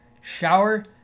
shower